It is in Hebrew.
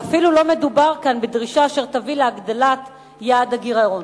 ואפילו לא מדובר כאן בדרישה אשר תביא להגדלת יעד הגירעון.